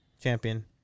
champion